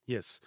Yes